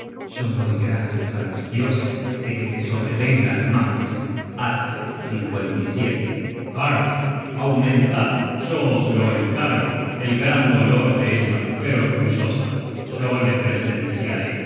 yo doy gracias á los dioses de que te sobrevengan males atle jarls aumentad yo os lo encargo el gran dolor de esa mujer orgullosa yo le presenciaré